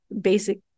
basic